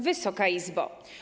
Wysoka Izbo!